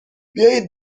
بیایید